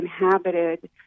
inhabited